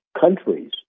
countries